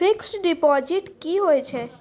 Fixed deposit की होय छै?